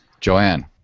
Joanne